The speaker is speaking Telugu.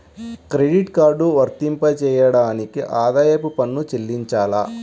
క్రెడిట్ కార్డ్ వర్తింపజేయడానికి ఆదాయపు పన్ను చెల్లించాలా?